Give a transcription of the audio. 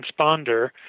transponder